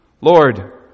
Lord